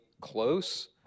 close